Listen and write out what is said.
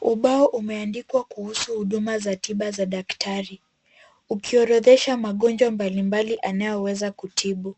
Ubao umeandikwa kuhusu huduma za tiba za daktari ukiorodhesha magonjwa mbalimbali anayoweza kutibu.